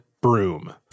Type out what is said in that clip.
broom